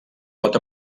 pot